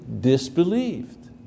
disbelieved